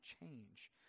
change